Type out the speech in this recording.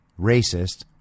racist